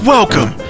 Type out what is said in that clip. Welcome